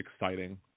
exciting